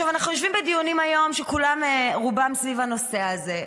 אנחנו יושבים היום בדיונים שרובם סביב הנושא הזה,